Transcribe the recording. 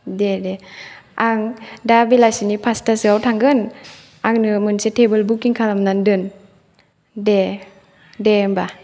दे दे आं दा बेलासिनि फास्थासोआव थांगोन आंनो मोनसे टेबोल बुकिं खालामनानै दोन दे दे होनबा